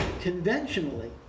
conventionally